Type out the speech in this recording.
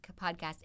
podcast